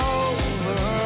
over